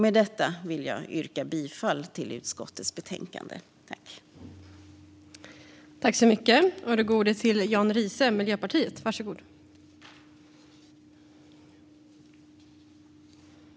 Med detta vill jag yrka bifall till utskottets förslag till beslut.